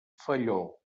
felló